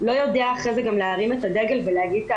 לא יודע אחרי זה גם להרים את הדגל ולהגיד,